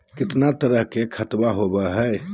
कितना तरह के खातवा होव हई?